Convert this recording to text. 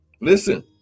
Listen